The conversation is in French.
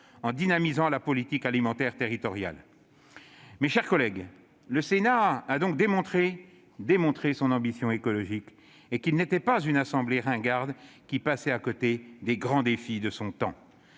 et dynamisé la politique alimentaire territoriale. Mes chers collègues, le Sénat a démontré son ambition écologique. Il n'est pas une assemblée ringarde qui passe à côté des grands défis de son temps.